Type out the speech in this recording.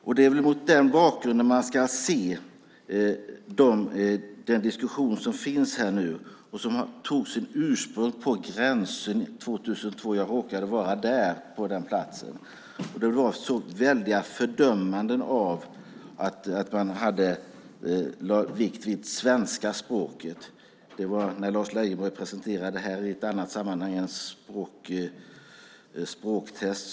Det är väl mot den bakgrunden man ska se den diskussion som nu finns här och som hade sitt ursprung på Gränsö 2002 - jag råkade vara på den platsen. Det var sådana väldiga fördömanden av att man lade vikt vid svenska språket. Det var när Lars Leijonborg i ett annat sammanhang presenterade ett språktest.